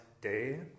day